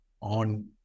on